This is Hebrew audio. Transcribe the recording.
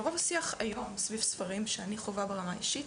רוב השיח היום סביב ספרים שאני חווה ברמה האישית,